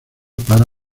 para